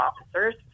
officers